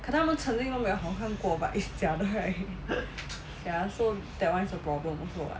可能他们曾经都没有好看过 but is 假的 right ya so that one is a problem also [what]